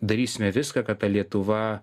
darysime viską kad ta lietuva